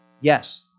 yes